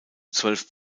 zwölf